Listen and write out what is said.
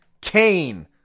Kane